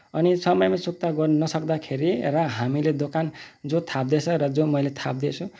अनि समयमा चुक्ता गर्नु नसक्दाखेरि र हामीले दोकान जो थाप्दैछ र जो मैले थाप्दैछु